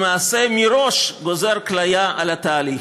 למעשה מראש גוזר כליה על התהליך,